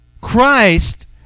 Christ